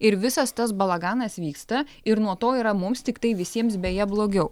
ir visas tas balaganas vyksta ir nuo to yra mums tiktai visiems beje blogiau